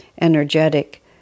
energetic